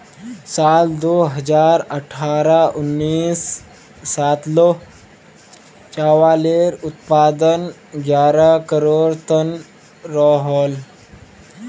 साल दो हज़ार अठारह उन्नीस सालोत चावालेर उत्पादन ग्यारह करोड़ तन रोहोल